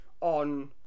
on